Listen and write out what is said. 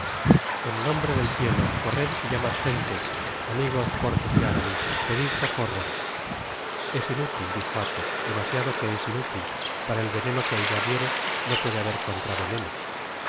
en nombre del cielo corred y llamad gente amigos porthos y aramis pedid socorro i es inútil dijo athos demasiado que es inútil para el veneno que ella diere no puede haber contraveneno